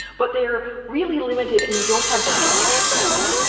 but they're really limited, and you don't have distribution for them.